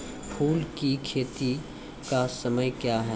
फुल की खेती का समय क्या हैं?